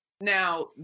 Now